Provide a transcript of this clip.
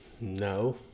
No